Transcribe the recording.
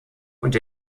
und